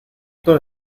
todo